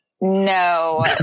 No